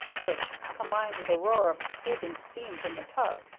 which, combined with a roar of escaping steam from the tug,